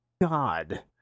god